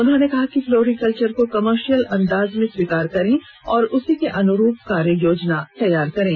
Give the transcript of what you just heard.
उन्होंने कहा कि फ्लोरी कल्चर को कॉमर्शियल अंदाज में स्वीकार करें और उसी के अनुरूप कार्ययोजना बनायें